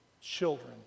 children